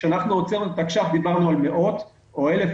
כשהוצאנו את התקש"ח דיברנו על מאות או על 1,000